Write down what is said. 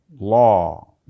law